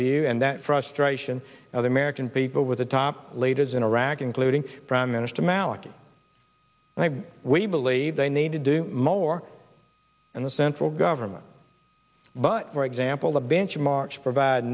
view and that frustration of the american people with the top leaders in iraq including prime minister maliki and i we believe they need to do more in the central government but for example the benchmarks provide